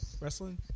wrestling